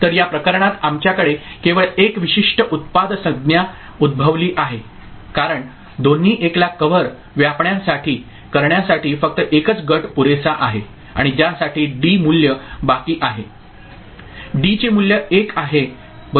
तर या प्रकरणात आमच्याकडे केवळ एक विशिष्ट उत्पाद संज्ञा उद्भवली आहे कारण दोन्ही 1 ला कव्हर व्यापण्यासाठी करण्यासाठी फक्त एकच गट पुरेसा आहे आणि ज्यासाठी डी मूल्य बाकी आहे डीचे मूल्य 1 आहे बरोबर